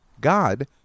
God